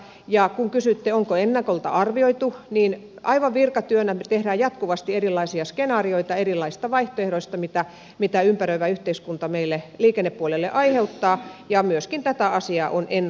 ja kun kysyitte onko ennakolta arvioitu niin aivan virkatyönä me teemme jatkuvasti erilaisia skenaarioita erilaisista vaihtoehdoista mitä ympäröivä yhteiskunta meille liikennepuolelle aiheuttaa ja myöskin tätä asiaa on ennakoitu